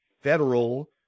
federal